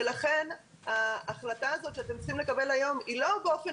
לכן ההחלטה הזאת שאתם צריכים לקבל היום היא לא באופן